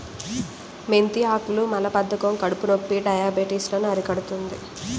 మెంతి ఆకులు మలబద్ధకం, కడుపునొప్పి, డయాబెటిస్ లను అరికడుతుంది